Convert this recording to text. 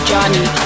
Johnny